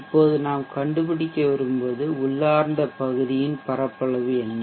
இப்போதுநாம் கண்டுபிடிக்க விரும்புவது உள்ளார்ந்த பகுதி பரப்பளவு என்ன